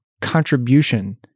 contribution